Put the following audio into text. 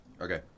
okay